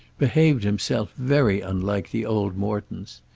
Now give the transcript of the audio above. behaved himself very unlike the old mortons.